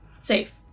Safe